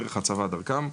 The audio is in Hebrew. דרך הצבא ודרכם.